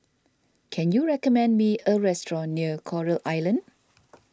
can you recommend me a restaurant near Coral Island